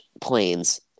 planes